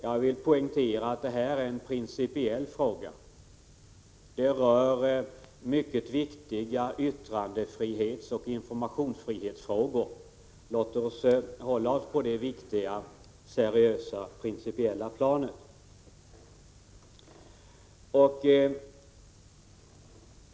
Jag vill poängtera att det här gäller en principiell angelägenhet, som rör mycket viktiga yttrandefrihetsoch informationsfrihetsfrågor. Låt oss hålla oss på detta seriösa och principiella plan.